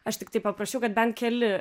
aš tiktai paprašiau kad bent keli